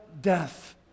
death